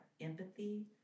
empathy